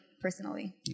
personally